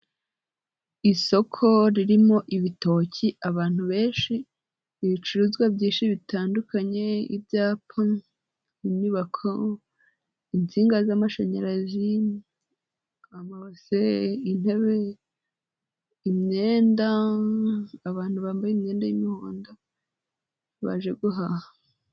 Isoko ririmo ibitoki, abantu benshi, ibicuruzwabyinshi bitandukanye, ibyapa inyubako, insinga z'amashanyarazi, amabase, intebe, imyenda, abantu bambaye imyenda y'umuhondo baje guhaha.